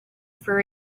for